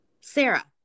Sarah